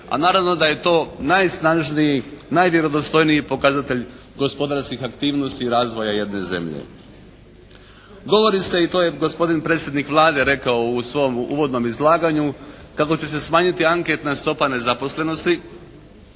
A naravno da je to najsnažniji, najvjerodostojniji pokazatelj gospodarskih aktivnosti i razvoja jedne zemlje. Govori se i to je gospodi predsjednik Vlade rekao u svom uvodnom izlaganju kako će se smanjiti anketna stopa nezaposlenosti,